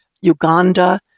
Uganda